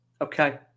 okay